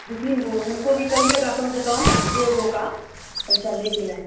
दू तीन गो उनको भी कहिएगा कम से कम एगो का पैसा लेके आएँगे